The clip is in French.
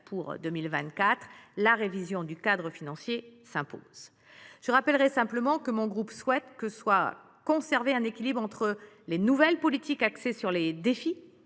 pour 2024. La révision du cadre financier s’impose. Je rappelle simplement que mon groupe souhaite que soit conservé un équilibre entre les nouvelles politiques axées sur les défis